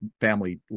family